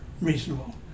reasonable